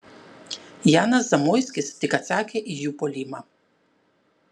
janas zamoiskis tik atsakė į jų puolimą